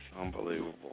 unbelievable